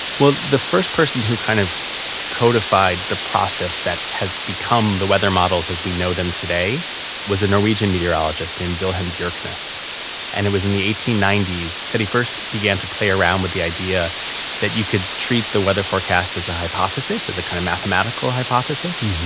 well, the first person who kind of codified the process that has become the weather models as we know them today was a norwegian meteorologist named vilhelm bjerknes. and it was in the eighteen ninety s that he first began to play around with the idea that you could treat the weather forecast as a hypothesis, as a kind of mathematical hypothesis,